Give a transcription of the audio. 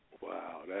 Wow